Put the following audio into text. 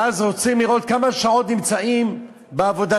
ואז רוצים לראות כמה שעות הם נמצאים בעבודתם.